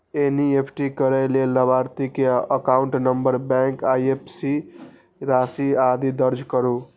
NEFT करै लेल लाभार्थी के एकाउंट नंबर, बैंक, आईएपएससी, राशि, आदि दर्ज करू